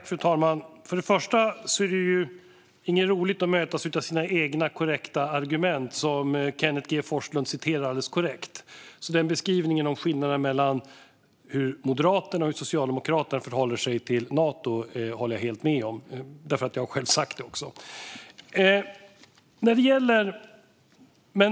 Fru talman! Först och främst är det inte roligt att mötas av sina egna korrekta argument, som Kenneth G Forslund återger alldeles korrekt. Denna beskrivning av skillnaderna mellan hur Moderaterna och Socialdemokraterna förhåller sig till Nato håller jag helt med om, för jag har själv sagt detta.